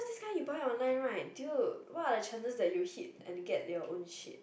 this kind you buy online right dude what are the chances you hit and get their own shit